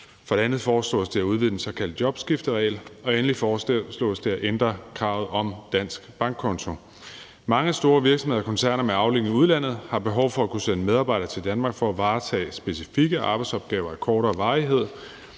For det andet foreslås det at udvide den såkaldte jobskifteregel, og for det tredje foreslås det at ændre kravet om en dansk bankkonto. Mange store virksomheder og koncerner med afdelinger i udlandet har et behov for at kunne sende medarbejdere til Danmark for at varetage specifikke arbejdsopgaver af kortere varighed,